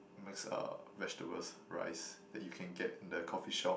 mixed uh vegetables rice that you can get in the coffee shop